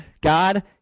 God